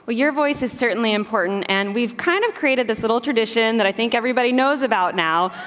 ah your voice is certainly important, and we've kind of created this little tradition that i think everybody knows about now.